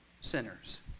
sinners